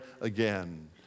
again